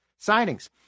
signings